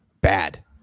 bad